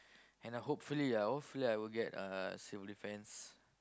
and I hopefully ah hopefully I will get uh civil defense